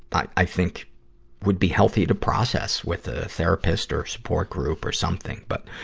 but i think would be healthy to process with a therapist or support group or something. but,